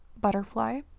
butterfly